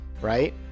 right